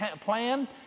plan